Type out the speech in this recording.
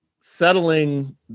settling